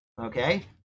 okay